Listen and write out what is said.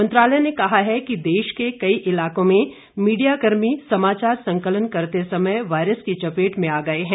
मंत्रालय ने कहा है कि देश के कई इलाकों में मीडिया कर्मी समाचार संकलन करते समय वायरस की चपेट में आ गए हैं